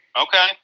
Okay